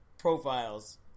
profiles